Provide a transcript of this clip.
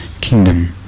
kingdom